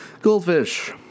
Goldfish